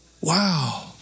Wow